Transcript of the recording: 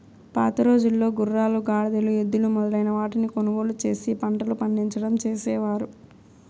పాతరోజుల్లో గుర్రాలు, గాడిదలు, ఎద్దులు మొదలైన వాటిని కొనుగోలు చేసి పంటలు పండించడం చేసేవారు